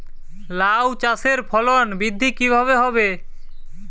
লাউ চাষের ফলন বৃদ্ধি কিভাবে হবে?